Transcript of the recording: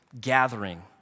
gathering